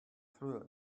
through